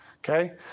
Okay